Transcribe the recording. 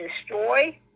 destroy